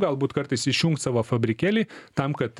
galbūt kartais išjungt savo fabrikėlį tam kad